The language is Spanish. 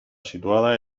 situada